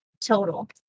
Total